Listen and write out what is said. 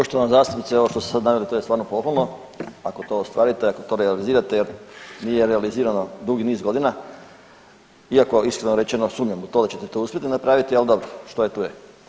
Poštovana zastupnice, ovo što ste sad naveli, to je stvarno pohvalno, ako to ostvarite, ako to realizirate jer nije realizirano dugi niz godina iako iskreno rečeno, sumnjam u to da ćete to uspjeti napraviti, ali dobro, što je, tu je.